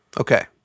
Okay